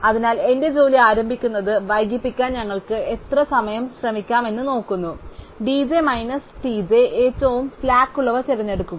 അതിനാൽ എന്റെ ജോലി ആരംഭിക്കുന്നത് വൈകിപ്പിക്കാൻ ഞങ്ങൾക്ക് എത്ര സമയം ശ്രമിക്കാമെന്ന് ഞങ്ങൾ നോക്കുന്നു d j minus t j ഏറ്റവും സ്ലാക്ക്ള്ളവ തിരഞ്ഞെടുക്കുക